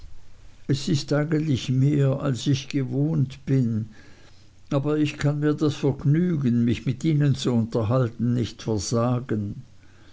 es ist eigentlich mehr als ich gewohnt bin aber ich kann mir das vergnügen mich mit ihnen zu unterhalten nicht versagen